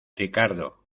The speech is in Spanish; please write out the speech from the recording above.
ricardo